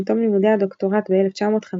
עם תום לימודי הדוקטורט ב-1959,